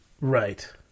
Right